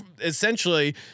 essentially